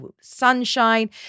sunshine